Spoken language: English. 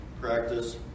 Practice